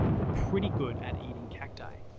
but pretty good at eating cacti,